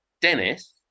dennis